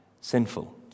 sinful